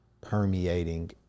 permeating